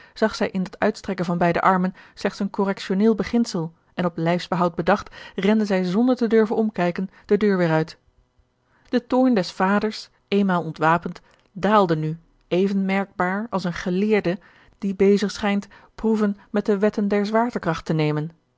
zag zij in dat uitstrekken van beide armen slechts een correctioneel beginsel en op george een ongeluksvogel lijfsbehoud bedacht rende zij zonder te durven omkijken de deur weêr uit de toorn des vaders eenmaal ontwapend daalde nu even merkbaar als een geleerde die bezig schijnt proeven met de wetten der zwaartekracht te nemen